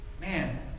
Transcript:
Man